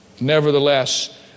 Nevertheless